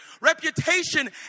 reputation